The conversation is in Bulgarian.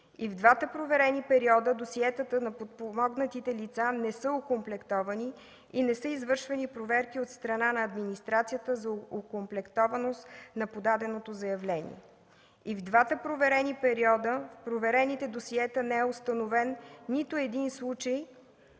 И в двата проверени периода досиетата на подпомогнатите лица не са окомплектовани и не са извършвани проверки от страна на администрацията за окомплектованост на подаденото заявление. И в двата проверени периода в проверените досиета не е установен нито един случай